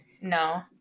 No